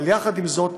ועם זאת,